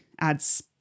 adds